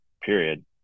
period